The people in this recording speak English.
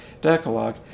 Decalogue